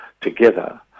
together